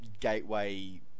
gateway